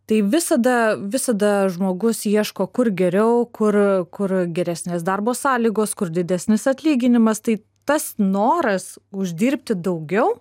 tai visada visada žmogus ieško kur geriau kur kur geresnės darbo sąlygos kur didesnis atlyginimas tai tas noras uždirbti daugiau